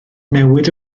newid